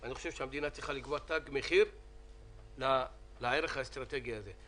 אני חושב שהמדינה צריכה לקבוע תג מחיר לערך האסטרטגי הזה.